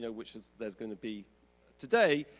yeah which is there's gonna be today,